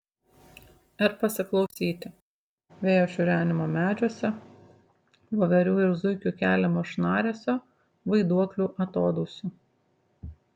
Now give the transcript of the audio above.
ir pasiklausyti vėjo šiurenimo medžiuose voverių ir zuikių keliamo šnaresio vaiduoklių atodūsių